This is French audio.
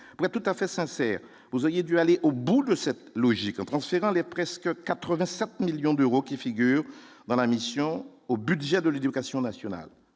CP, mais tout à fait sincère, vous auriez dû aller au bout de cette logique en transférant les presque 85 millions d'euros qui figurent dans la mission au budget de l'Éducation nationale